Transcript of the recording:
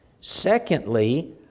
Secondly